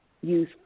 use